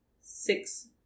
six